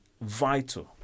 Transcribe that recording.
vital